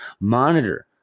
Monitor